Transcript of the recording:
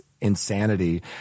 insanity